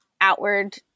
outward